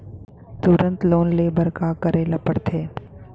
तुरंत लोन ले बर का करे ला पढ़थे?